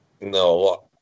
No